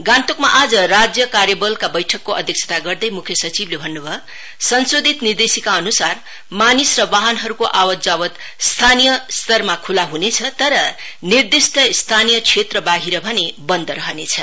गान्तोकमा आज राज्य कार्यबलका बैठकको अध्यक्षता गर्दै मुख्य सचिवले भन्न भयो संशोधित निर्देशिकाअनुसार मानिस र वाहनहरूको आवात जावात स्थानीय स्तरमा खुला हुने तर निर्दिष्ट स्थानीय क्षेत्रबाहिर बन्द रहनेछ